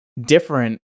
different